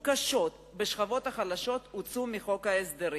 קשות בשכבות החלשות הוצאו מחוק ההסדרים,